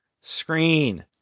screen